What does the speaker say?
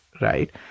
right